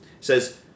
says